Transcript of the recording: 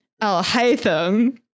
Al-Haytham